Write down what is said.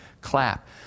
clap